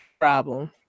Problem